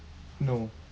no